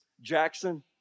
Jackson